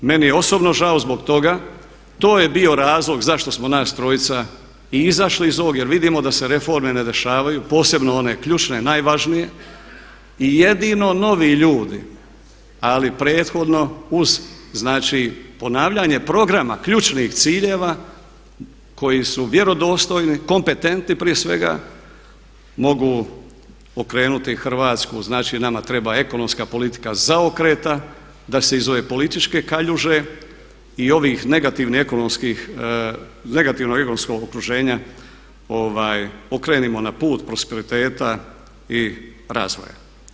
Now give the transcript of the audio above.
Meni je osobno žao zbog toga, to je bio razlog zašto smo nas trojica i izašli iz ovoga jer vidimo da se reforme ne dešavaju, posebno one ključne najvažnije i jedino novi ljudi ali prethodno uz znači ponavljanje programa ključnih ciljeva koji su vjerodostojni, kompetentni prije svega, mogu okrenuti Hrvatsku, znači nama treba ekonomska politika zaokreta da se iz ove političke kaljuže i ovih negativnih ekonomskih, negativno ekonomskog okruženja okrenemo na put prosperiteta i razvoja.